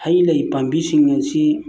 ꯍꯩ ꯂꯩ ꯄꯥꯝꯕꯤꯁꯤꯡ ꯑꯁꯤ